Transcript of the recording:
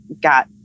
got